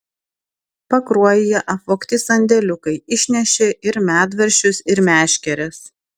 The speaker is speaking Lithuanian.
pakruojyje apvogti sandėliukai išnešė ir medvaržčius ir meškeres